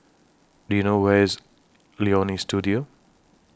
Do YOU know Where IS Leonie Studio